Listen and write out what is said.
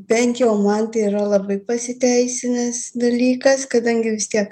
bent jau man tai yra labai pasiteisinęs dalykas kadangi vis tiek